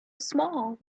small